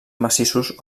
massissos